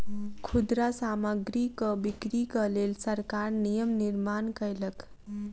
खुदरा सामग्रीक बिक्रीक लेल सरकार नियम निर्माण कयलक